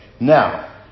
Now